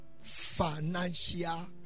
financial